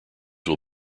will